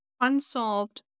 unsolved